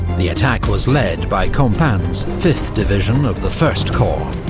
the attack was led by compans' fifth division of the first corps,